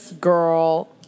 girl